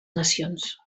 nacions